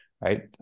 right